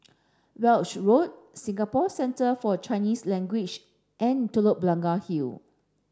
Weld Road Singapore Centre For Chinese Language and Telok Blangah Hill